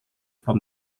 from